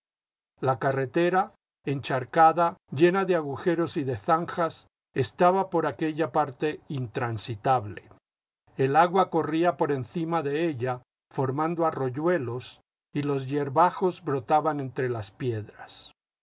la carretera encharcada llena de agujeros y de zanjas estaba por aquella parte intransitable el agua corría por encima de ella formando arroyuelos y los hierbajos brotaban entre las piedras